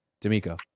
D'Amico